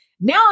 Now